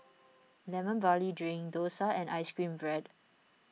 Lemon Barley Drink Dosa and Ice Cream Bread